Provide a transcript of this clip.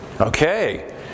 Okay